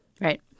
Right